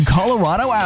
Colorado